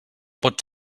pot